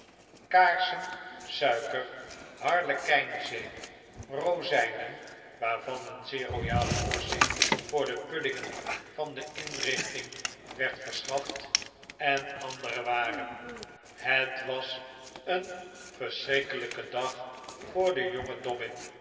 kaarsen suiker harlekijnzeep rozijnen waarvan een zeer royale portie voor de puddingen van de inrichting werd verschaft en andere waren het was een verschrikkelijke dag voor den jongen